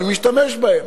מלהשתמש בהם.